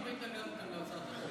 למה התנגדתם להצעת החוק שלנו?